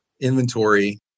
inventory